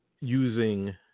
using